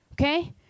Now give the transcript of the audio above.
okay